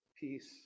peace